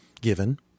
given